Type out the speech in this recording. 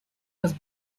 was